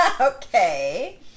Okay